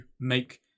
make